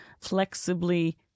flexibly